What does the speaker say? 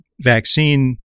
vaccine